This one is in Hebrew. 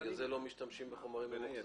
בגלל זה לא משתמשים בחומרים ממוחזרים?